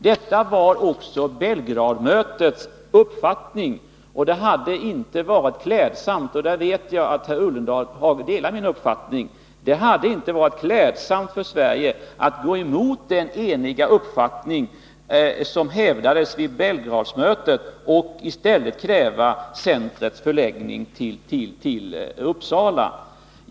Detta var också Belgradmötets uppfattning, och det hade inte varit klädsamt för Sverige — och där vet jag att herr Ullenhag delar min uppfattning — att gå emot den eniga uppfattning som hävdades vid Belgradmötet och i stället kräva centrets förläggning till Uppsala.